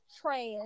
trash